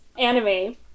Anime